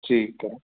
ठीकु आहे